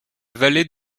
vallée